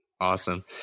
Awesome